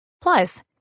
Plus